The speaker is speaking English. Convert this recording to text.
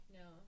no